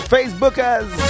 Facebookers